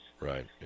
Right